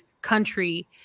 country